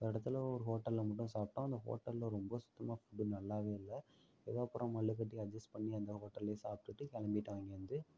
ஒரு இடத்துல ஒரு ஹோட்டல்ல மட்டும் சாப்பிட்டோம் அந்த ஹோட்டல்ல ரொம்ப சுத்தமாக ஃபுட்டு நல்லாவே இல்லை ஏதோ அப்புறம் மல்லுக்கட்டி அட்ஜஸ் பண்ணி அந்த ஹோட்டல்லே சாப்பிட்டுட்டு கிளம்பிட்டோம் அங்கேருந்து